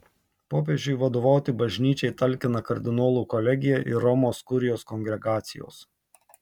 popiežiui vadovauti bažnyčiai talkina kardinolų kolegija ir romos kurijos kongregacijos